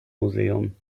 museum